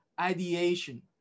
ideation